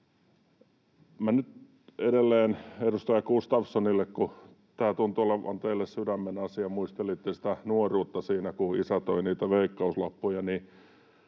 edustaja Gustafssonille, kun tämä tuntuu olevan teille sydämenasia ja muistelitte sitä nuoruuttanne siinä, kun isä toi niitä veikkauslappuja: